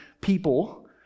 people